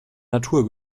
natur